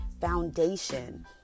foundation